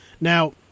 Now